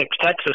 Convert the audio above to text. Texas